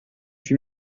huit